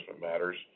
matters